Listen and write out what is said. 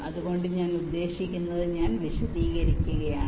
അതുകൊണ്ട് ഞാൻ ഉദ്ദേശിക്കുന്നത് ഞാൻ വിശദീകരിക്കുകയാണ്